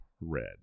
red